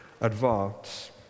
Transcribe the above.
advance